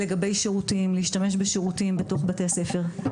לגבי שירותים, להשתמש בשירותים בתוך בתי הספר.